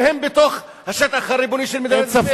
שהם בתוך השטח הריבוני של מדינת ישראל,